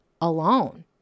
alone